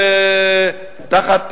ותחת